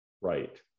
right